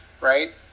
right